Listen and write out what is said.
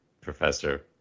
Professor